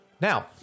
Now